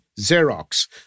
Xerox